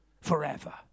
forever